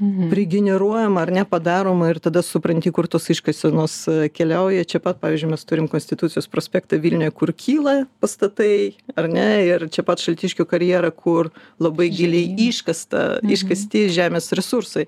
prigeneruojama ar ne padaroma ir tada supranti kur tos iškasenos keliauja čia pat pavyzdžiui mes turim konstitucijos prospektą vilniuje kur kyla pastatai ar ne ir čia pat šaltiškių karjerą kur labai giliai iškasta iškasti žemės resursai